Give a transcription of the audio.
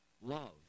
love